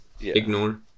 ignore